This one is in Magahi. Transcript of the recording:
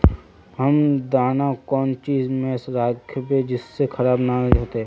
हम दाना कौन चीज में राखबे जिससे खराब नय होते?